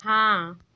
हाँ